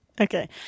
Okay